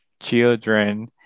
children